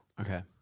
Okay